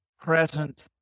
present